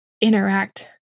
interact